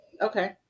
okay